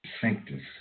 sanctus